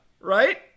right